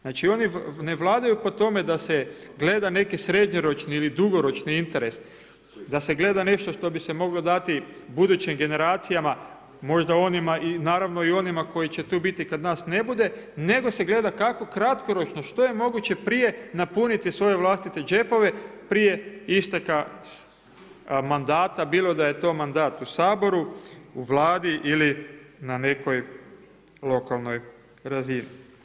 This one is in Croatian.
Znači oni ne vladaju po tome da se gleda neki srednjoročni ili dugoročni interes, da se gleda nešto što bi se moglo dati budućim generacijama, možda onima i naravno onima koji će tu biti kada nas ne bude nego se gleda kako kratkoročno što je moguće prije napuniti svoje vlastite džepove prije isteka mandata, bilo da je to mandat u Saboru u Vladi ili na nekoj lokalnoj razini.